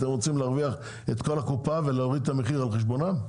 אתם רוצים להרוויח את כל הקופה ולהוריד את המחיר על חשבונם?